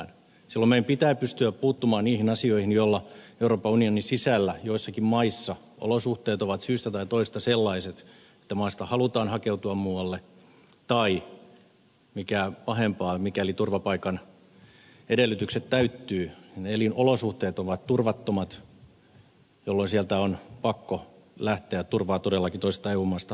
silloin meidän pitää pystyä puuttumaan niihin asioihin joiden takia euroopan unionin sisällä joissakin maissa olosuhteet ovat syystä tai toisesta sellaiset että maasta halutaan hakeutua muualle tai mikä pahempaa mikäli turvapaikan edellytykset täyttyvät kun elinolosuhteet ovat turvattomat jolloin sieltä on pakko lähteä turvaa todellakin toisesta eu maasta hakemaan